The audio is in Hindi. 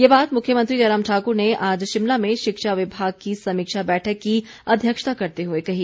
ये बात मुख्यमंत्री जयराम ठाकुर ने आज शिमला में शिक्षा विभाग की समीक्षा बैठक की अध्यक्षता करते हुए कही